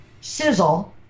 sizzle